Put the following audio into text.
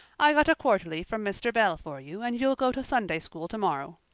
i got a quarterly from mr. bell for you and you'll go to sunday school tomorrow,